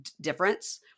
difference